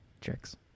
Tricks